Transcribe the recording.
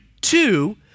two